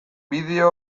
bideo